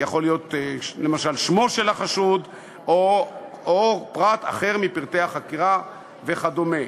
יכול להיות למשל שמו של החשוד או פרט אחר מפרטי החקירה וכדומה.